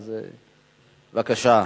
אז בבקשה.